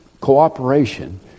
cooperation